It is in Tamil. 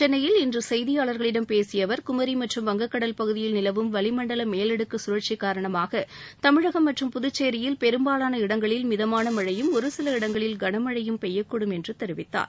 சென்னையில் இன்று செய்தியாளர்களிடம் பேசிய அவர் குமரி மற்றும் வங்கக்கடல் பகுதியில் நிலவும் வளிமண்டல மேலடுக்கு சுழற்சி காரணமாக தமிழகம் மற்றும் புதுச்சேரியில் பெரும்பாலான இடங்களில் மிதமான மழையும் ஒருசில இடங்களில் கனமழையும் பெய்யக்கூடும் என்று தெரிவித்தார்